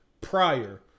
prior